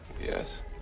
Yes